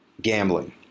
gambling